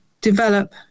develop